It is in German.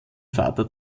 vater